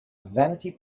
vanity